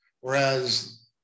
whereas